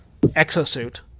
exosuit